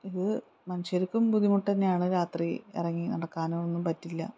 ഇത് മനുഷ്യർക്കും ബുദ്ധിമുട്ടുതന്നെയാണ് രാത്രി ഇറങ്ങി നടക്കാനോ ഒന്നും പറ്റില്ല